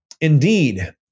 Indeed